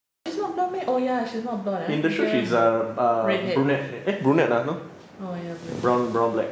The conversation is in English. what she's not blonde meh oh ya she's not blonde ya redhead oh ya brunette